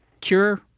cure